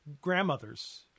Grandmothers